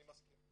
אני מסכים,